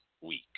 week